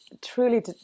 truly